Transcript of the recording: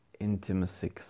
intimacy